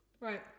Right